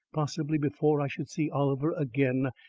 possibly before i should see oliver again.